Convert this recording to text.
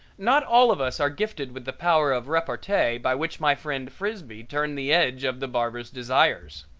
not all of us are gifted with the power of repartee by which my friend frisbee turned the edge of the barber's desires.